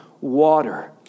water